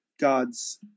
God's